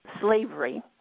slavery